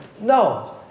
No